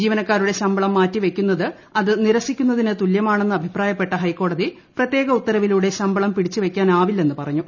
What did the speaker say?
ജീവനക്കാരുടെ ശമ്പളം മാറ്റി വെയ്ക്കുന്നത് അത് നിരസ്സിക്കുന്നതിന് തുല്യമാണെന്ന് അഭിപ്രായപ്പെട്ട ഹൈക്കോടതി പ്രത്യേക ഉത്തരവിലൂടെ ശമ്പളം പിടിച്ചു വെയ്ക്കാനാവില്ലെന്ന് പറഞ്ഞു